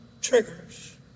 triggers